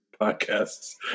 podcasts